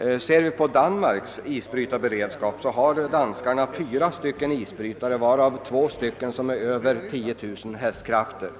Undersöker vi Danmarks isbrytarberedskap finner vi att man där har fyra isbrytare, varav två på över 10 000 hästkrafter.